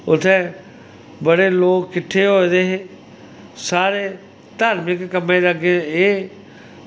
उत्तें बड़े लोग किट्ठे होए दे हे साढ़े धार्मिक कम्में दे अग्गें एह्